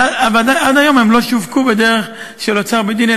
אבל עד היום הם לא שווקו בדרך של אוצר בית-דין,